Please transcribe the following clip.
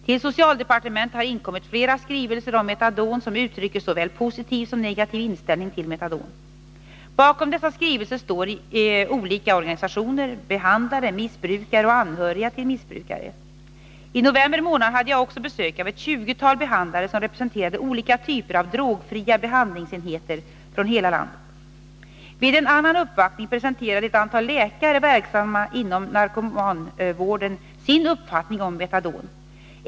Till socialdepartementet har inkommit flera skrivelser om metadon som uttrycker såväl positiv som negativ inställning till metadon. Bakom dessa skrivelser står olika organisationer, behandlare, missbrukare och anhöriga till missbrukare. I november månad hade jag också besök av ett tjugotal behandlare som representerade olika typer av drogfria behandlingsenheter i hela landet. Vid en annan uppvaktning presenterade ett antal läkare verksamma inom! narkomanvården sin uppfattning om metadon.